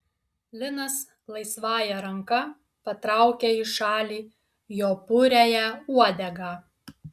linas laisvąja ranka patraukia į šalį jo puriąją uodegą